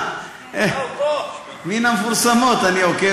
מן המפורסמות, אני עוקב.